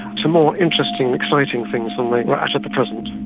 to more interesting, exciting things than they were at at the present.